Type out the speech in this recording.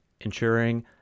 ensuring